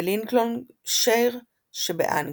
בלינקולנשייר שבאנגליה.